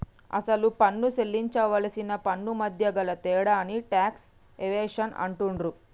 అసలు పన్ను సేల్లించవలసిన పన్నుమధ్య గల తేడాని టాక్స్ ఎవేషన్ అంటుండ్రు